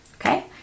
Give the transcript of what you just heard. Okay